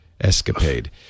Escapade